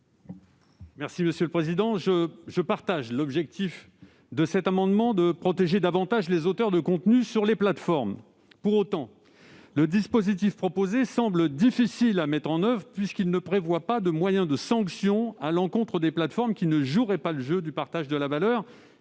de la commission ? Je partage l'objectif de cet amendement : protéger davantage les auteurs de contenus sur les plateformes. Pour autant, le dispositif proposé semble difficile à mettre en oeuvre, car il ne prévoit aucune sanction à l'encontre des plateformes qui ne joueraient pas le jeu du partage de la valeur.